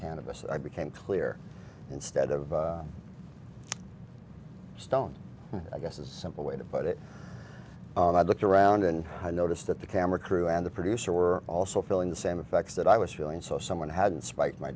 cannabis i became clear instead of stone i guess a simple way to put it and i looked around and i noticed that the camera crew and the producer were also feeling the same effects that i was feeling so someone had spiked my